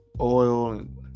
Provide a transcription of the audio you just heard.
oil